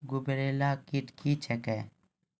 गुबरैला कीट क्या हैं?